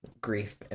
grief